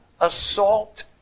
assault